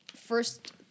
First